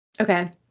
Okay